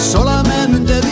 Solamente